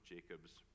Jacob's